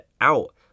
out